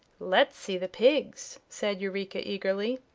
let's see the pigs, said eureka, eagerly.